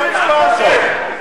ככה נראית החוכמה של הליכוד.